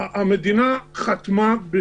מן